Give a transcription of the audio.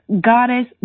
goddess